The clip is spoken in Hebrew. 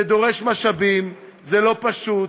זה דורש משאבים, זה לא פשוט.